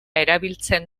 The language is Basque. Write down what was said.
erabiltzen